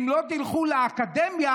אם לא תלכו לאקדמיה,